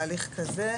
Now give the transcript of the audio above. בהליך כזה,